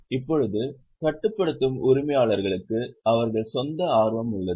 இப்போது கட்டுப்படுத்தும் உரிமையாளர்களுக்கு அவர்களின் சொந்த ஆர்வம் உள்ளது